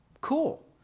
cool